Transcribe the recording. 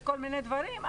וכל מיני דברים,